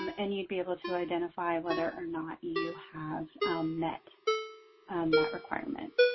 um and you'd be able to identify whether or not you have met um that requirement.